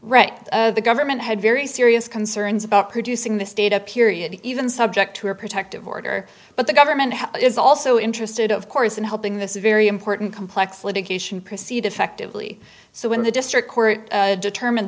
right right the government had very serious concerns about producing the state up period even subject to a protective order but the government is also interested of course in helping this very important complex litigation proceed effectively so when the district determined